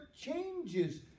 changes